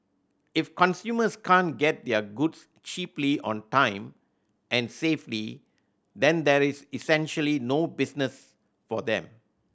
if consumers can't get their goods cheaply on time and safely then there's essentially no business for them